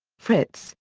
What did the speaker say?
fritz,